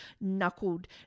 knuckled